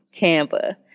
Canva